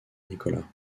nicolas